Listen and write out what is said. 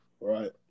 Right